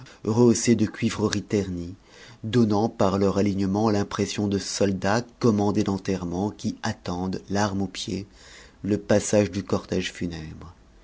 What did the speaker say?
rehaussé de cuivreries ternies donnant par leur alignement l'impression de soldats commandés d'enterrement qui attendent l'arme au pied le passage du cortège funèbre